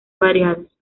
variados